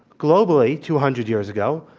globally, two hundred years ago,